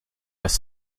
ist